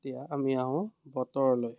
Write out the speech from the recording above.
এতিয়া আমি আহোঁ বতৰলৈ